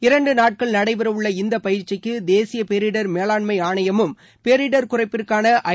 இரண்டு நாட்கள் நடைபெறவுள்ள இந்த பயிற்சிக்கு தேசிய பேரிடர் மேலாண்மை ஆணையமும் பேரிடர் குறைப்பிற்கான ஐ